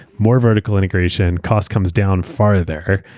more vertical integration, cost comes down farther,